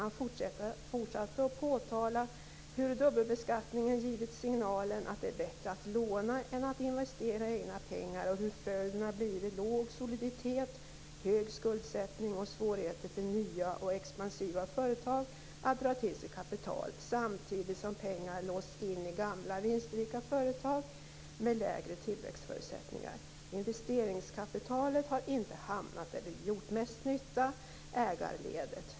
Han fortsatte genom att påtala hur dubbelbeskattningen givit signalen att det är bättre att låna än att investera egna pengar och att följden har blivit låg soliditet, hög skuldsättning och svårigheter för nya och expansiva företag att dra till sig kapital, samtidigt som pengar låsts in i gamla, vinstrika företag med lägre tillväxtförutsättningar. Investeringskapitalet har inte hamnat där det gjort mest nytta, i ägarledet.